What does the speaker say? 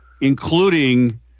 including